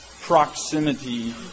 proximity